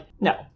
no